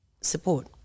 support